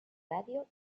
radio